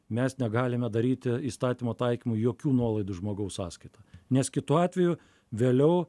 mes negalime daryti įstatymo taikymui jokių nuolaidų žmogaus sąskaita nes kitu atveju vėliau